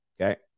okay